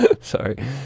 Sorry